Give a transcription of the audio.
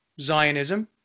Zionism